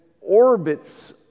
orbits